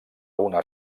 una